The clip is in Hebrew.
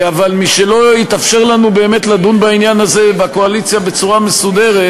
אבל משלא התאפשר לנו באמת לדון בעניין הזה בקואליציה בצורה מסודרת,